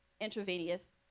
intravenous